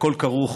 הכול כרוך